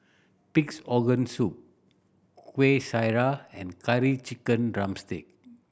Pig's Organ Soup Kuih Syara and Curry Chicken drumstick